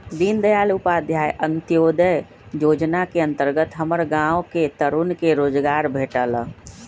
दीनदयाल उपाध्याय अंत्योदय जोजना के अंतर्गत हमर गांव के तरुन के रोजगार भेटल